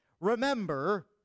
Remember